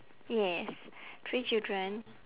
yes three children